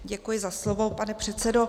Děkuji za slovo, pane předsedo.